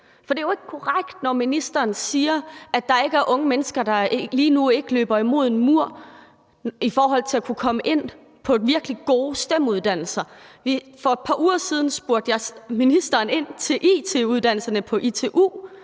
For det er jo ikke korrekt, når ministeren siger, at der ikke er unge mennesker, der lige nu ikke løber panden mod en mur i forhold til at kunne komme ind på virkelig gode STEM-uddannelser. For et par uger siden spurgte jeg ministeren ind til it-uddannelserne på ITU.